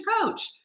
coach